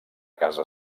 casa